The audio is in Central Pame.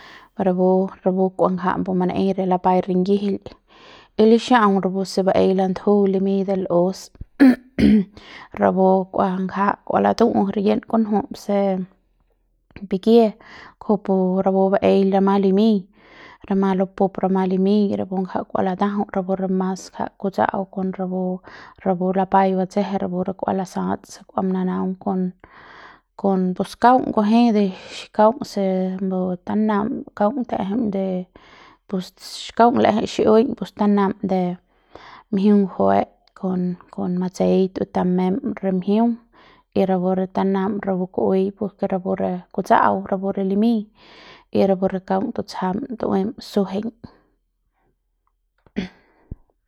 rapu rapu kua ngja manaei re lapaai ringijil y lixa'aung rapu se baei landuju limiñ de l'us rapu kua ngja kua latu'u riñen kunju se pikie kujupu rapu baei rama limiñ rama lupu'up rapu ngja kua latajau rapu mas ngja kutsa'au o kon rapu rapu lapaai batsje rapu re kua lasal se kua manaung kon kon pus xi kaung kunji de kaung se de lo tanam kaung ta'ejem de pus xi kaung la'ejem xi'iui pus tanam de mjiung ngjue kon kon matsei tu'ui tamem re mjiung y rapu re tanam rapu ku'uei por ke rapu re kuts'au rapu re limiñ y rapu re kaung tutsjam tu'uiñ suejeiñ.